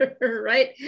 right